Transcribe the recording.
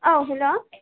आव हेल'